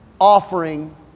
offering